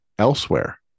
Elsewhere